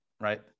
right